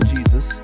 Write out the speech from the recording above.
Jesus